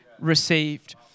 received